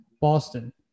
boston